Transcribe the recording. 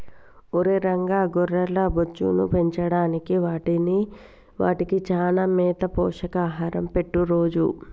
ఒరై రంగ గొర్రెల బొచ్చును పెంచడానికి వాటికి చానా మేత పోషక ఆహారం పెట్టు రోజూ